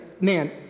man